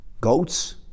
goats